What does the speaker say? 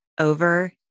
over